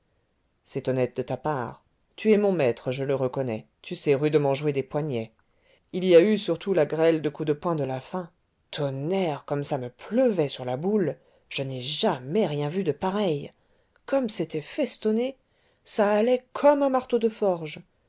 c'est honnête de ta part tu es mon maître je le reconnais tu sais rudement jouer des poignets il y a eu surtout la grêle de coups de poing de la fin tonnerre comme ça me pleuvait sur la boule je n'ai jamais rien vu de pareil comme c'était festonné ça allait comme un marteau de forge